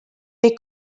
they